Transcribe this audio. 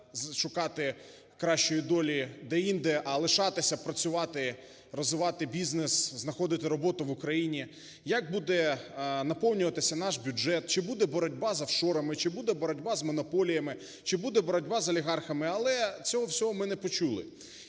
шукати кращої долі деінде, а лишатися працювати, розвивати бізнес, знаходити роботу в Україні. Як буде наповнюватися наш бюджет, чи буде боротьба з офшорами, чи буде боротьба з монополіями, чи буде боротьба з олігархами. Але цього всього ми не почули.